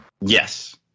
Yes